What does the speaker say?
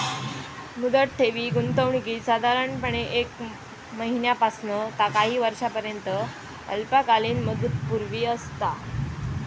मुदत ठेवी गुंतवणुकीत साधारणपणे एक महिन्यापासना ता काही वर्षांपर्यंत अल्पकालीन मुदतपूर्ती असता